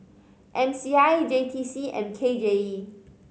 M C I J T C and K J E